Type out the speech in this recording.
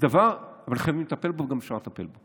ולכן אני מטפל בו וגם אפשר לטפל בו.